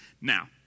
Now